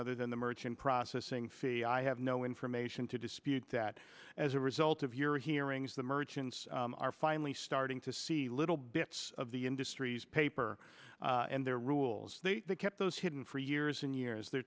other than the merchant processing fee i have no information to dispute that as a result of your hearings the merchants are finally starting to see little bits of the industry's paper and their rules they kept those hidden for years and years they're